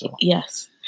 Yes